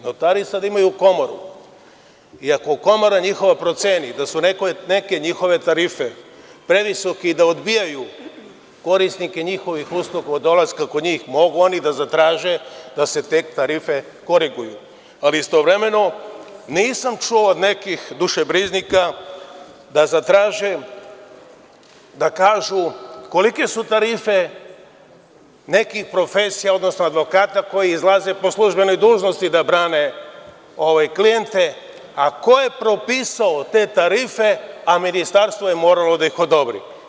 Notari sada imaju Komoru i ako njihova Komora proceni da su neke njihove tarife previsoke i da odbijaju korisnike njihovih usluga kod dolaska kod njih, mogu oni da zatraže da se te tarife koriguju, ali istovremeno nisam čuo od nekih dušebrižnika da zatraže, da kažu kolike su tarife nekih profesija, odnosno advokata koji izlaze po službenoj dužnosti, da brane klijente, ko je propisao te tarife a Ministarstvo je moralo da ih odobri?